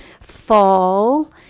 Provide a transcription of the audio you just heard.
fall